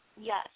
Yes